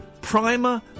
Primer